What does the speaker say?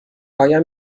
آیا